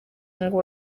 ngo